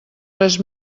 res